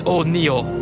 O'Neill